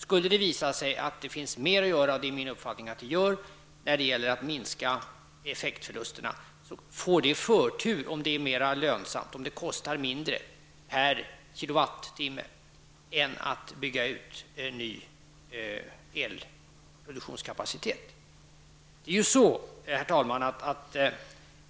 Skulle det visa sig att det finns mer att göra när det gäller att minska effektförlusterna, och det gör det enligt min uppfattning, skall sådana åtgärder få förtur som är mer lönsamma och kostar mindre per Kilowattimme än att bygga ut ny elproduktionskapacitet. Herr talman!